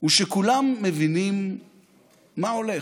הוא שכולם מבינים מה הולך.